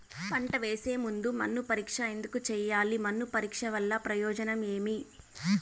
పంట వేసే ముందు మన్ను పరీక్ష ఎందుకు చేయాలి? మన్ను పరీక్ష వల్ల ప్రయోజనం ఏమి?